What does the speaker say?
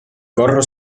corro